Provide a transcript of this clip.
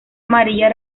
amarilla